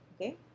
Okay